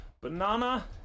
Banana